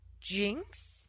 jinx